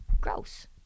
Gross